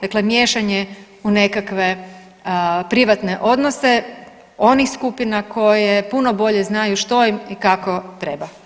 Dakle miješanje u nekakve, privatne odnose, onih skupina koje puno bolje znaju što im i kako treba.